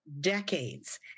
decades